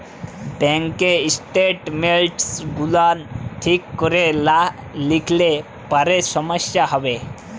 bank statements গুলান ঠিক ক্যরে লা লিখলে পারে সমস্যা হ্যবে